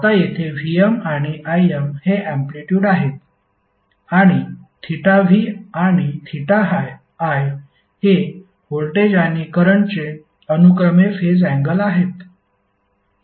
आता येथे Vm आणि Im हे अँप्लिटयूड आहेत आणि v आणि i हे व्होल्टेज आणि करंटचे अनुक्रमे फेज अँगल आहेत